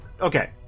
Okay